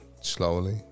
slowly